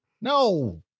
No